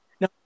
No